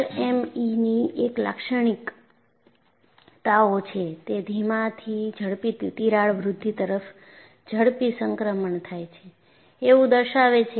એલએમઈની એક લાક્ષણિક લાક્ષણિકતાઓ છે તે ધીમાથી ઝડપી તિરાડ વૃદ્ધિ તરફ ઝડપી સંક્રમણ થાય છે એવું દર્શાવે છે